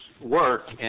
work